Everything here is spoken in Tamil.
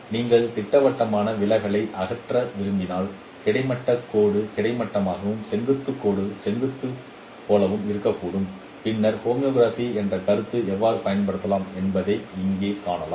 நீங்கள் திட்டவட்டமான விலகலை அகற்ற விரும்பினால் கிடைமட்ட கோடு கிடைமட்டமாகவும் செங்குத்து கோடுகள் செங்குத்து போலவும் இருக்கட்டும் பின்னர் ஹோமோகிராஃபி என்ற கருத்தை எவ்வாறு பயன்படுத்தலாம் என்பதை இங்கே காணலாம்